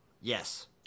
Yes